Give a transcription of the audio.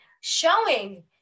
showing